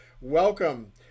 welcome